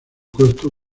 costo